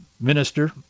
minister